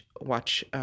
watch